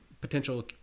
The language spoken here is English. potential